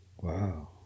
Wow